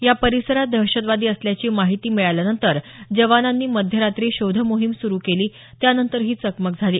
या परिसरात दहशतवादी असल्याची माहिती मिळाल्यानंतर जवानांनी मध्यरात्री शोधमोहीम सुरु केली त्यानंतर ही चकमक झाली